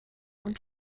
und